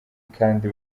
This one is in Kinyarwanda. kandi